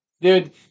dude